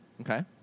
Okay